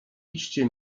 iście